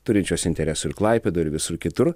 turinčios interesų ir klaipėdoj ir visur kitur